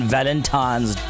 Valentine's